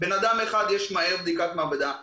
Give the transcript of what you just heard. לבן אדם אחד יכולה להיות בדיקת מעבדה מהר,